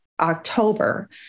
October